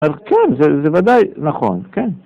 ‫כן, זה ודאי נכון, כן.